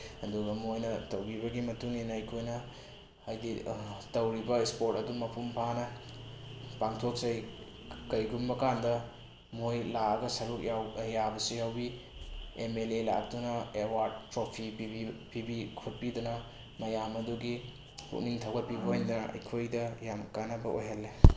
ꯑꯗꯨꯒ ꯃꯣꯏꯅ ꯇꯧꯕꯤꯕꯒꯤ ꯃꯇꯨꯡꯏꯟꯅ ꯑꯩꯈꯣꯏꯅ ꯍꯥꯏꯗꯤ ꯇꯧꯔꯤꯕ ꯏꯁꯄꯣꯔꯠ ꯑꯗꯨ ꯃꯄꯨꯡ ꯐꯥꯅ ꯄꯥꯡꯊꯣꯛꯆꯩ ꯀꯩꯒꯨꯝꯕꯀꯥꯟꯗ ꯃꯣꯏ ꯂꯥꯛꯑꯒ ꯁꯔꯨꯛ ꯌꯥꯕꯁꯨ ꯌꯥꯎꯕꯤ ꯑꯦ ꯃꯦ ꯂꯦ ꯂꯥꯛꯇꯨꯅ ꯑꯦꯋꯥꯔꯠ ꯇ꯭ꯔꯣꯐꯤ ꯄꯤꯕꯤꯕ ꯈꯣꯠꯄꯤꯗꯅ ꯃꯌꯥꯝ ꯑꯗꯨꯒꯤ ꯄꯨꯛꯅꯤꯡ ꯊꯧꯒꯠꯄꯤꯕ ꯑꯣꯏꯅ ꯑꯩꯈꯣꯏꯗ ꯌꯥꯝ ꯀꯥꯟꯅꯕ ꯑꯣꯏꯍꯜꯂꯦ